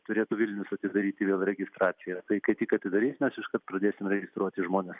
turėtų vilnius atidaryti vėl registraciją tai kai tik atidarys mes iškart pradėsim registruoti žmones